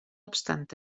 obstant